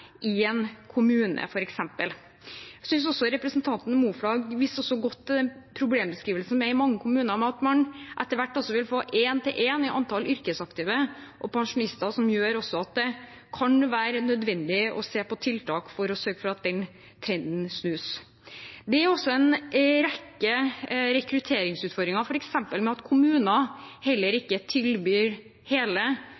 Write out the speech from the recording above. i en kommune, f.eks. Jeg synes også at representanten Moflag viste godt til problembeskrivelsen i mange kommuner av at man etter hvert vil få et én-til-én-forhold mellom antall yrkesaktive og pensjonister, noe som også gjør at det kan være nødvendig å se på tiltak for å sørge for at den trenden snus. Det er også en rekke rekrutteringsutfordringer, f.eks. med at kommuner heller